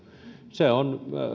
se on